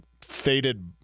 faded